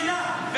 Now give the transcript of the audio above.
ווליד טאהא, רע"מ.